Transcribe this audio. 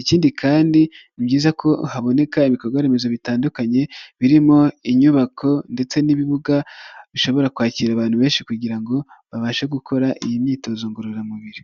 ikindi kandi ni byiza ko haboneka ibikorwaremezo bitandukanye, birimo inyubako ndetse n'ibibuga bishobora kwakira abantu benshi, kugira ngo babashe gukora iyi myitozo ngororamubiri.